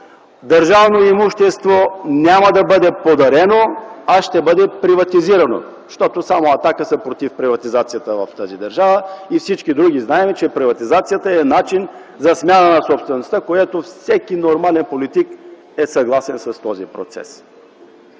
държавно имущество няма да бъде подарено, а ще бъде приватизирано. Само „Атака” са против приватизацията в тази държава и всички други знаем, че приватизацията е начин за смяна на собствеността. Всеки нормален политик е съгласен с този процес.